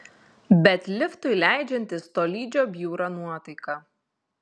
bet liftui leidžiantis tolydžio bjūra nuotaika